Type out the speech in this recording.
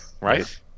right